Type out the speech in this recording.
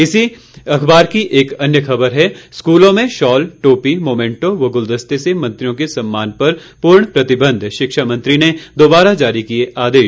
इसी अखबार की एक अन्य खबर है स्कूलों में शॉल टोपी मोमेंटो व गुलदस्ते से मंत्रियों के सम्मान पर पूर्ण प्रतिबंध शिक्षा मंत्री ने दोबारा जारी किए आदेश